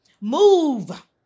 move